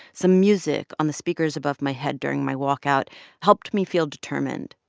some music on the speakers above my head during my walk out helped me feel determined.